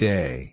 Day